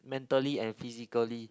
mentally and physically